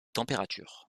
températures